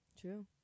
True